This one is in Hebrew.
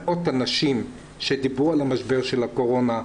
מאות אנשים שדיברו על המשבר של הקורונה.